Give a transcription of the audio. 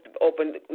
open